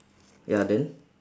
ya then